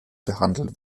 behandelt